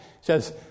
says